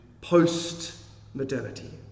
post-modernity